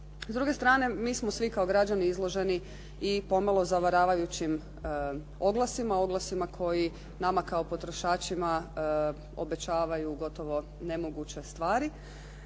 S druge strane, mi smo svi kao građani izloženi i pomalo zavaravajućim oglasima, oglasima koji nama kao potrošačima obećavaju gotovo nemoguće stvari,